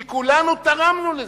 כי כולנו תרמנו לזה.